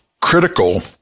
critical